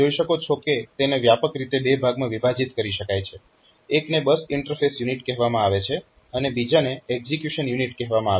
તમે જોઈ શકો છો કે તેને વ્યાપક રીતે બે ભાગમાં વિભાજિત કરી શકાય છે એકને બસ ઇન્ટરફેસ યુનિટ કહેવામાં આવે છે અને બીજાને એક્ઝીક્યુશન યુનિટ કહેવામાં આવે છે